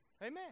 Amen